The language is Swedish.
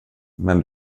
men